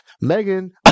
Megan